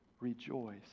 Rejoice